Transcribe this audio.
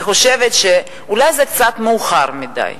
אני חושבת שאולי זה קצת מאוחר מדי,